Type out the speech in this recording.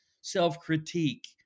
self-critique